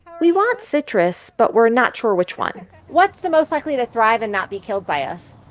we want citrus, but we're not sure which one what's the most likely to thrive and not be killed by us?